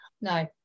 No